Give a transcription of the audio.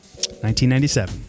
1997